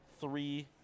three